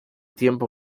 tiempo